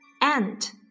Ant